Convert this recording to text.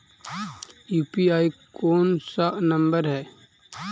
UPI कोन सा number हैं?